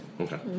Okay